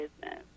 business